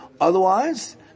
Otherwise